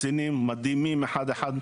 קצינים מדהימים אחד אחד.